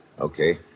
Okay